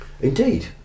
Indeed